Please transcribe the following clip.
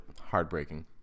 Heartbreaking